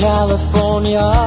California